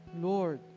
Lord